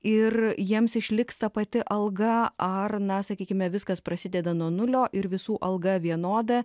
ir jiems išliks ta pati alga ar na sakykime viskas prasideda nuo nulio ir visų alga vienoda